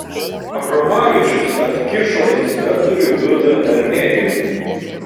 abromavičius atkišo inspektoriui du dnr mėginius